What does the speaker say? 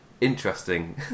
interesting